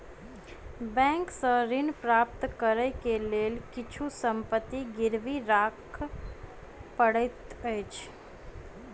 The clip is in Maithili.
बैंक सॅ ऋण प्राप्त करै के लेल किछु संपत्ति गिरवी राख पड़ैत अछि